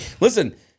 listen